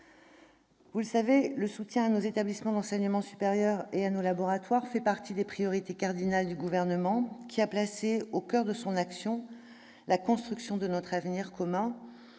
Vous le savez, le soutien à nos établissements d'enseignement supérieur et à nos laboratoires fait partie des priorités cardinales du Gouvernement, qui a placé au coeur de son action la construction de notre avenir commun.